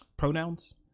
pronouns